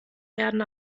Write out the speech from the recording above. werden